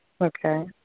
Okay